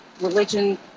religion